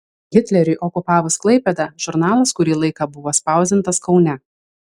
hitleriui okupavus klaipėdą žurnalas kurį laiką buvo spausdintas kaune